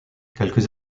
quelques